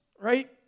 right